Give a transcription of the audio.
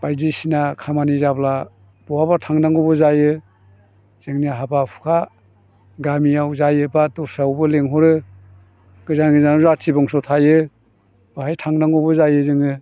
बायदिसिना खामानि जाब्ला बहाबा थांनांगौबो जायो जोंनि हाबा हुखा गामियाव जायो बा द'स्रायावबो लेंहरो गोजान गोजानाव जाथि बंस' थायो बाहाय थांनांगौबो जायो जोङो